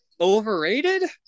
overrated